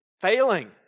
failing